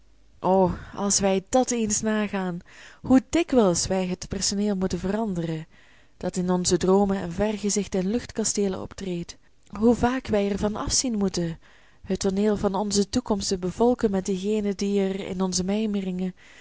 o als wij dat eens nagaan hoe dikwijls wij het personeel moeten veranderen dat in onze droomen en vergezichten en luchtkasteelen optreedt hoe vaak wij er van afzien moeten het tooneel van onze toekomst te bevolken met degenen die er in onze